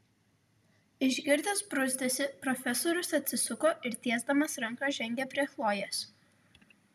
išgirdęs bruzdesį profesorius atsisuko ir tiesdamas ranką žengė prie chlojės